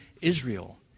Israel